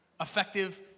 effective